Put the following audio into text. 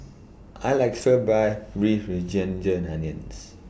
I like Stir Fry Beef with Ginger Onions